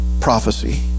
prophecy